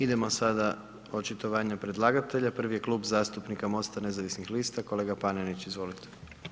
Idemo sada očitovanje predlagatelja, prvi je Klub zastupnika MOST-a Nezavisnih lista, kolega Panenić, izvolite.